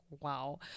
wow